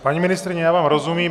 Paní ministryně, já vám rozumím.